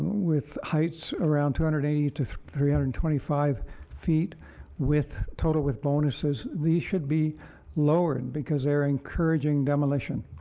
with heights around two hundred and eighty to three hundred and twenty five feet with total with bonuses. these should be lowered because they are encouraging demolition.